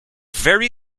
very